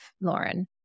Lauren